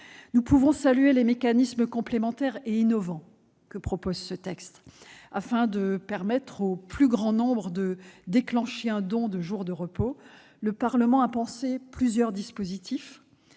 Nous pouvons saluer les mécanismes complémentaires et innovants que prévoit ce texte. Afin de permettre au plus grand nombre de déclencher un don de jours de repos, le Parlement a conçu plusieurs dispositifs